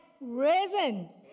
risen